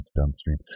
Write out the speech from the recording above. downstream